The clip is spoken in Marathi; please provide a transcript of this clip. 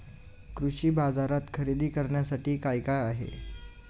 कृषी बाजारात खरेदी करण्यासाठी काय काय आहे?